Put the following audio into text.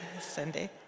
Sunday